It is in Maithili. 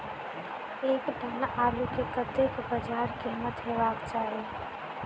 एक टन आलु केँ कतेक बजार कीमत हेबाक चाहि?